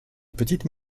petites